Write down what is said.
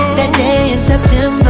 day in september?